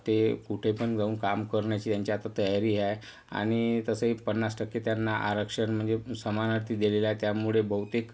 ते कुठे पण जाऊन काम करण्याची त्यांची आता तयारी आहे आणि तसेही पन्नास टक्के त्यांना आरक्षण म्हणजे समानर्थी दिलेल्या आहेत त्यामुळे बहुतेक